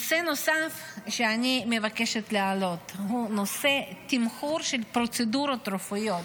נושא נוסף שאני מבקשת להעלות הוא נושא תמחור של פרוצדורות רפואיות.